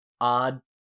odd